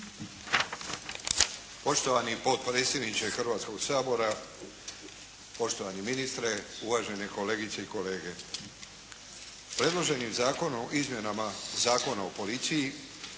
Poštovani potpredsjedniče Hrvatskog sabora, poštovani ministre, uvažene kolegice i kolege. Predloženim Zakonom o izmjenama Zakona o policiji